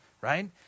right